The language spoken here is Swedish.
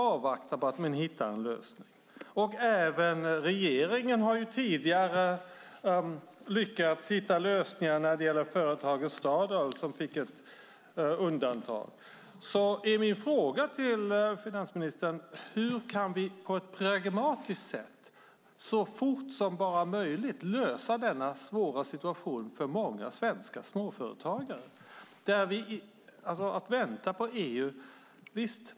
Även den svenska regeringen har ju tidigare lyckats hitta en lösning när det gäller företaget Stardoll som fick ett undantag. Min fråga till finansministern är: Hur kan vi på ett pragmatiskt sätt och så fort som möjligt lösa denna svåra situation för många svenska småföretagare?